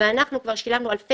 אני הייתי רואה את